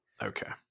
Okay